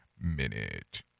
Minute